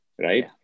right